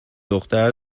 دختر